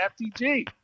FTG